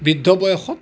বৃদ্ধ বয়সত